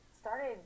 Started